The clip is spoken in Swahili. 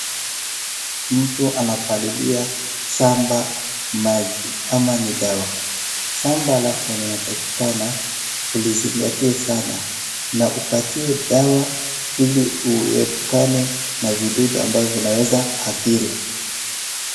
Mtu anapalilia shamba maji ama ni dawa. Shamba lako linatakikana ulizingatie sana na upatie dawa ili uepukane na vidudu ambavyo vinaweza adhiri.